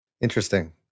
Interesting